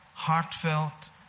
Heartfelt